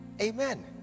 amen